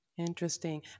Interesting